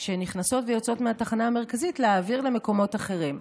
שנכנסות ויוצאות מהתחנה המרכזית להעביר למקומות אחרים.